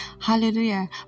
Hallelujah